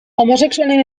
homosexualen